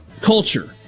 Culture